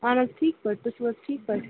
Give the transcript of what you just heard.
اَہن حظ ٹھیٖک پٲٹھۍ تُہۍ چھُو حظ ٹھیٖک پٲٹھۍ